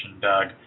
Doug